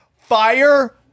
Fire